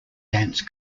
dance